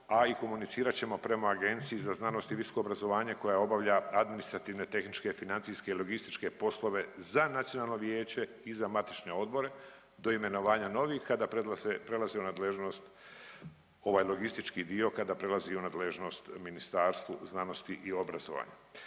A i komunicirat ćemo prema Agenciji za znanost i visoko obrazovanje koja obavlja administrativne, tehničke, financijske, logističke poslove za nacionalno vijeće i za matične odbore do imenovanja novih kada prelaze u nadležnost ovaj logistički dio kada prelazi u nadležnost Ministarstvu znanosti i obrazovanja.